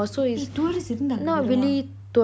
eh tourist இருந்தாங்க ஓரமா:irunthanga orama